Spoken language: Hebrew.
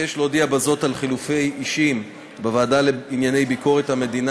אבקש להודיע בזאת על חילופי אישים בוועדה לענייני ביקורת המדינה.